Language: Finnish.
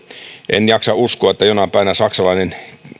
en jaksa uskoa että jonain päivänä saksalainen